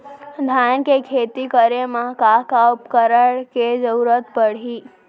धान के खेती करे मा का का उपकरण के जरूरत पड़हि?